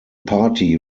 party